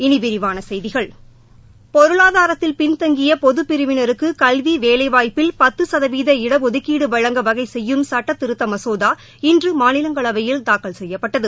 இனி விரிவான செய்திகள் பொருளாதாரத்தில் பின்தங்கிய பொதுப் பிரிவினருக்கு கல்வி வேலைவாய்ப்பில் பத்து சதவீத இடதுக்கீடு வழங்க வகைசெய்யும் சுட்டத்திருத்த மசோதா இன்று மாநிலங்களவையில் தாக்கல் செய்யப்பட்டது